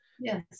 yes